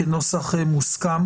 כנוסח מוסכם.